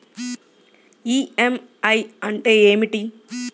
EMI అంటే ఏమిటి?